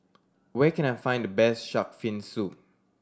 where can I find the best shark fin soup